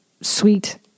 sweet